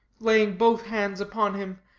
laying both hands upon him,